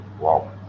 wow